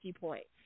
points